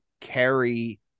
carry